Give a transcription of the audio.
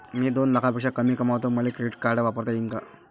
मी दोन लाखापेक्षा कमी कमावतो, मले क्रेडिट कार्ड वापरता येईन का?